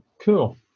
Cool